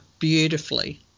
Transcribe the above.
Beautifully